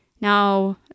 Now